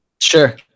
Sure